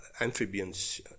amphibians